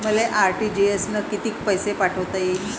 मले आर.टी.जी.एस न कितीक पैसे पाठवता येईन?